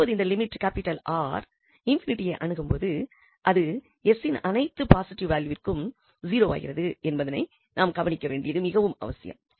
இப்பொழுது இந்த லிமிட் 𝑅 ∞ ஐ அணுகும்போது அது 𝑠 இன் அனைத்து பாசிட்டிவ் வேல்யூவிற்கும் 0 ஆகிறது என்பதனை நாம் கவனிக்க வேண்டியது மிகவும் அவசியம்